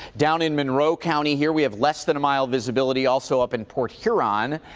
down in monroe county, here we have less than a mile visibility, also up in port huron.